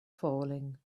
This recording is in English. falling